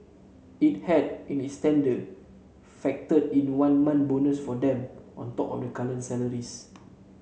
it had in its tender factored in one month bonus for them on top of their current salaries